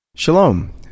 Shalom